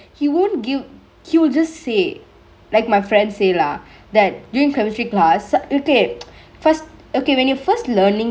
he won't guilt he will just say like my friend say lah that duringk chemistry class okay first okay when you're first learningk